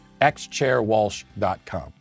xchairwalsh.com